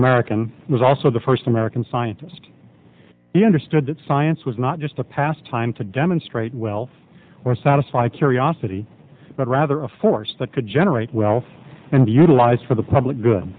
american was also the first american scientist he understood that science was not just a past time to demonstrate wealth or satisfy curiosity but rather a force that could generate wealth and be utilized for the public good